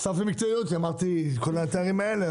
הוספתי מקצועיות כי אמרתי - עם כל התארים האלה,